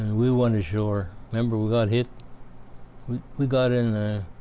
and we went ashore remember we got hit we we got in